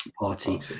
party